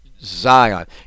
Zion